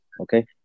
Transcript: Okay